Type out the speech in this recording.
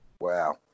Wow